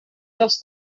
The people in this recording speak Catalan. dels